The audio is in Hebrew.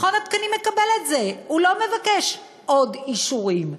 מכון התקנים מקבל את זה, הוא לא מבקש עוד אישורים.